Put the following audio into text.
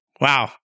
Wow